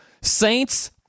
Saints